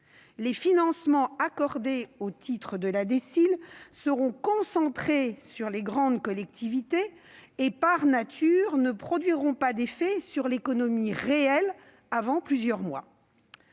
Les financements accordés au titre de la DSIL seront concentrés sur les plus grandes collectivités et, par nature, ne produiront pas d'effets sur l'économie réelle avant plusieurs mois.